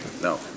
no